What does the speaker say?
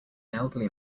elderly